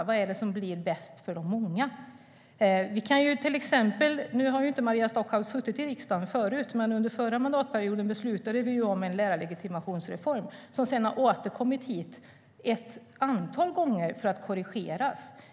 Vad är det som blir bäst för många? Maria Stockhaus har inte suttit i riksdagen förut, men under förra mandatperioden beslutade vi till exempel om en lärarlegitimationsreform som sedan har återkommit hit ett antal gånger för att korrigeras.